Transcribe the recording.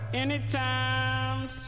Anytime